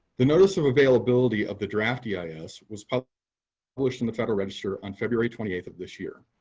the notice of availability of the draft yeah eis was but published in the federal register on february twenty eight of this year.